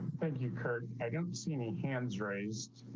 thank you. curt see any hands raised.